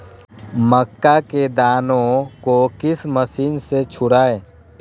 मक्का के दानो को किस मशीन से छुड़ाए?